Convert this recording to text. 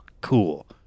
cool